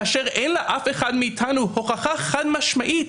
כאשר אין לאף אחד מאיתנו הוכחה חד משמעית